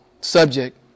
subject